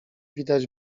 widać